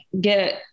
get